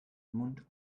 mund